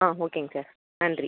ஆ ஓகேங்க சார் நன்றி